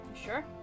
Sure